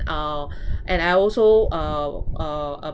uh and I also uh uh uh